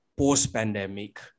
post-pandemic